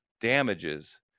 damages